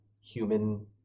human